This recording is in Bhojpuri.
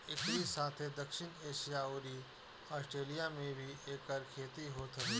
एकरी साथे दक्षिण एशिया अउरी आस्ट्रेलिया में भी एकर खेती होत हवे